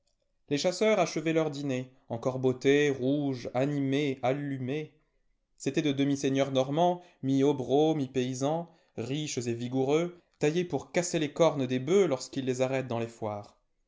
les chasseurs achevaient leur dîner encore bottés rouges animés allumés c'étaient de demi seigneurs normands mi hobereaux mipaysans riches et vigoureux taillés pour casser les cornes des bœufs lorsqu'ils les arrêtent dans les foires